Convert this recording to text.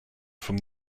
from